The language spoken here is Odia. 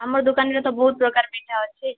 ଆମର୍ ଦୁକାନ୍ରେ ତ ବହୁତ ପ୍ରକାର୍ ମିଠା ଅଛେ